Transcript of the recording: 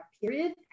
period